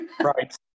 Right